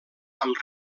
amb